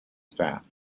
staff